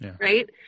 Right